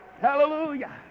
Hallelujah